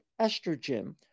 estrogen